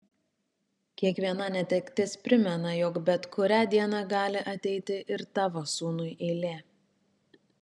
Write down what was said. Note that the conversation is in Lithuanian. kiekviena netektis primena jog bet kurią dieną gali ateiti ir tavo sūnui eilė